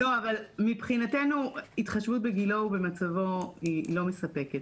מבחינתנו "התחשבות בגילו ובמצבו" לא מספקת.